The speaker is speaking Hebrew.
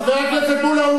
הנה אנחנו, חבר הכנסת מולה.